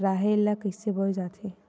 राहेर ल कइसे बोय जाथे?